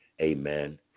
amen